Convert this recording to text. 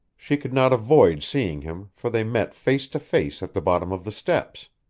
she could not avoid seeing him, for they met face to face at the bottom of the steps.